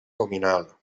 nominal